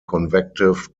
convective